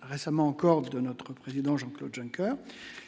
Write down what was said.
récemment encore de notre président, Jean-Claude Juncker,